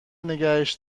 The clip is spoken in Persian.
نگهش